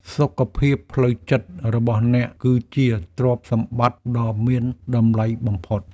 សុខភាពផ្លូវចិត្តរបស់អ្នក គឺជាទ្រព្យសម្បត្តិដ៏មានតម្លៃបំផុត។